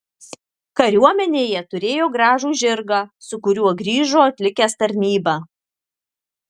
kariuomenėje turėjo gražų žirgą su kuriuo grįžo atlikęs tarnybą